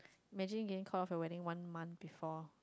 imagine didn't call of your wedding one month before